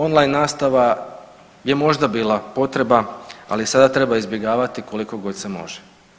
On line nastava je možda bila potreba, ali sada treba izbjegavati kolikogod se može.